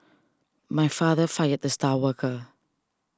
my father fired the star worker